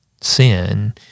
sin